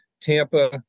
Tampa